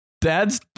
Dad's